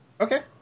okay